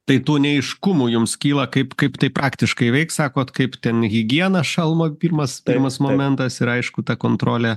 tai tų neaiškumų jums kyla kaip kaip tai praktiškai veiks sakot kaip ten higiena šalmą pirmas pirmas momentas ir aišku ta kontrolė